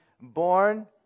born